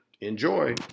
enjoy